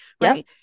right